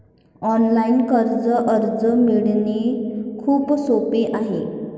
online कर्ज अर्ज मिळवणे खूप सोपे आहे